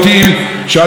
תקיף ומקיף,